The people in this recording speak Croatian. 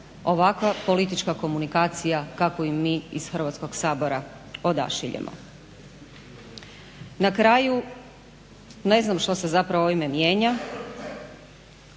ovakva politička komunikacija kakvu im mi iz Hrvatskoga sabora odašiljemo. Na kraju, ne znam zapravo što se ovime mijenja.